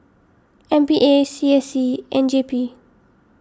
M P A C S C and J P